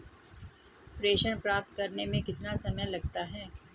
प्रेषण प्राप्त करने में कितना समय लगता है?